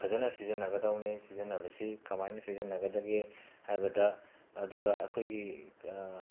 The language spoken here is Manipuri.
ꯐꯖꯅ ꯁꯤꯖꯤꯟꯅꯒꯗꯕꯅꯤ ꯁꯤꯖꯤꯟꯅꯕꯁꯤ ꯀꯃꯥꯏꯅ ꯁꯤꯖꯤꯟꯅꯒꯗꯒꯦ ꯍꯥꯏꯕꯗ ꯑꯗꯨꯒ ꯑꯩꯈꯣꯏꯒꯤ